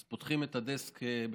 אז פותחים את הדסק בחזרה,